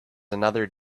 another